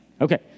Okay